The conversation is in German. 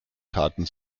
taten